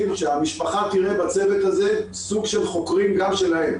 שהמשפחה תראה בצוות הזה סוג של חוקרים גם שלהם.